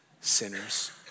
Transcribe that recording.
sinners